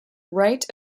wright